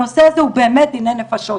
הנושא הזה הוא באמת דיני נפשות,